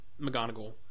mcgonagall